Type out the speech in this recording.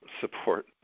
support